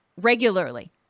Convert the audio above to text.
regularly